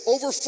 Over